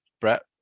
Brett